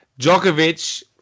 Djokovic